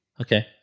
Okay